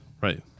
Right